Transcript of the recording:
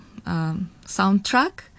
soundtrack